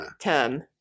term